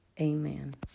amen